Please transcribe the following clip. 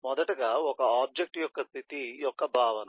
మొదటగా ఒక ఆబ్జెక్ట్ యొక్క స్థితి యొక్క భావన